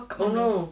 oh no